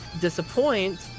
disappoint